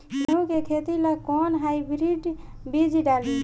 गेहूं के खेती ला कोवन हाइब्रिड बीज डाली?